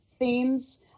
Themes